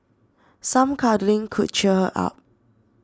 some cuddling could cheer her up